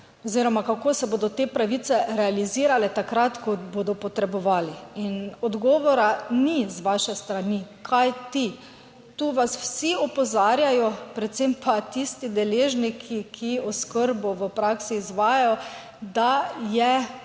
oziroma kako se bodo te pravice realizirale takrat, ko bodo potrebovali. In odgovora ni z vaše strani. Kajti, tu vas vsi opozarjajo, predvsem pa tisti deležniki, ki oskrbo v praksi izvajajo, da je